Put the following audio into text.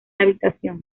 habitación